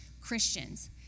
Christians